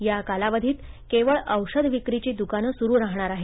या कालावधीत केवळ औषध विक्रीची दुकाने सुरु राहणार आहेत